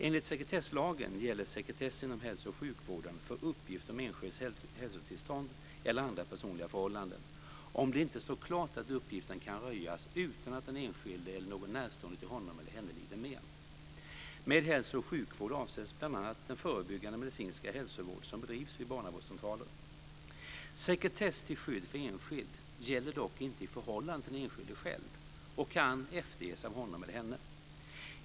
Enligt sekretesslagen gäller sekretess inom hälsooch sjukvården för uppgift om enskilds hälsotillstånd eller andra personliga förhållanden, om det inte står klart att uppgiften kan röjas utan att den enskilde eller någon närstående till honom eller henne lider men. Med hälso och sjukvård avses bl.a. den förebyggande medicinska hälsovård som bedrivs vid barnavårdscentraler. Sekretess till skydd för enskild gäller dock inte i förhållande till den enskilde själv och kan efterges av honom eller henne.